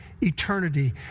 eternity